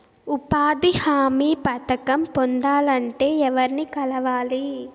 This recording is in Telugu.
ఉపాధి హామీ పథకం పొందాలంటే ఎవర్ని కలవాలి?